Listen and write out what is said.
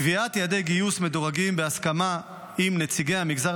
קביעת יעדי גיוס מדורגים בהסכמה עם נציגי המגזר